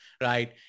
right